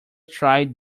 tried